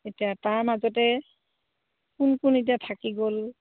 এতিয়া তাৰ মাজতে কোন কোন এতিয়া থাকি গ'ল